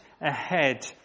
ahead